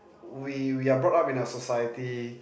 we we are brought up in a society